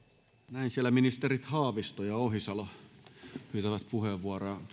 siellä ministerit haavisto ja ohisalo pyytävät puheenvuoroa